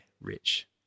rich